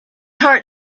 heart